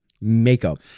makeup